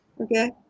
Okay